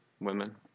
women